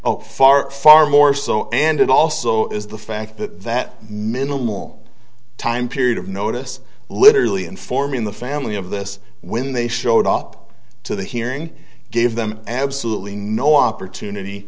zero far far more so and it also is the fact that that minimal time period of notice literally informing the family of this when they showed up to the hearing gave them absolutely no opportunity